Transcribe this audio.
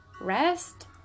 rest